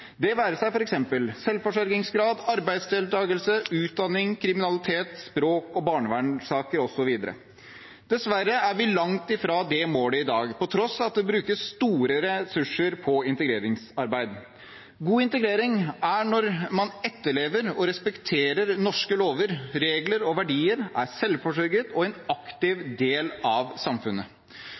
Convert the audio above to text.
det være seg i f.eks. selvforsørgingsgrad, arbeidsdeltakelse, utdanning, kriminalitet, språk, barnevernssaker osv. Dessverre er vi langt fra det målet i dag, på tross av at det brukes store ressurser på integreringsarbeid. God integrering er når man etterlever og respekterer norske lover, regler og verdier, er selvforsørget og er en aktiv del av samfunnet.